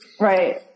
Right